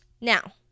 Now